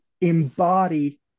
embody